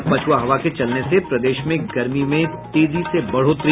और पछ्आ हवा के चलने से प्रदेश में गर्मी में तेजी से बढ़ोतरी